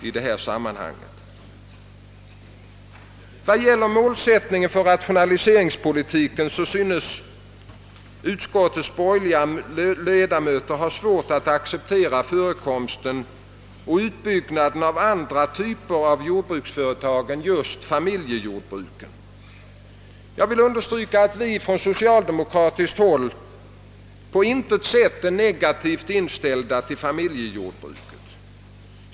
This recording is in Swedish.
I fråga om målsättningen för rationaliseringspolitiken synes utskottets borgerliga ledamöter ha svårt att acceptera förekomsten och utbyggnaden av andra typer av jordbruksföretag än familjejordbruk. Jag vill understryka att vi på socialdemokratiskt håll på intet sätt är negativt inställda till familjejordbruk.